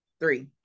three